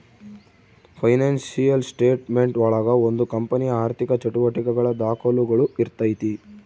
financial statement ಒಳಗ ಒಂದು ಕಂಪನಿಯ ಆರ್ಥಿಕ ಚಟುವಟಿಕೆಗಳ ದಾಖುಲುಗಳು ಇರ್ತೈತಿ